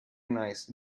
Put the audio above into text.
nice